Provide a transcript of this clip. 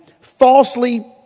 falsely